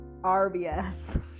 RBS